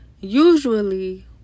usually